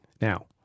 Now